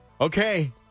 Okay